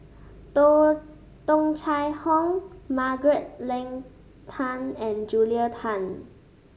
Tung Chye Hong Margaret Leng Tan and Julia Tan